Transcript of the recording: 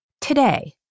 today